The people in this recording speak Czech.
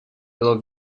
bylo